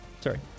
Sorry